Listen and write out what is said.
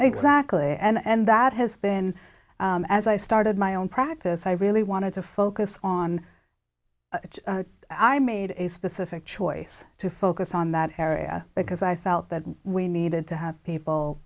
exactly and that has been as i started my own practice i really wanted to focus on i made a specific choice to focus on that area because i felt that we needed to have people